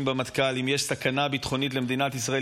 במטכ"ל: אם יש סכנה ביטחונית למדינת ישראל,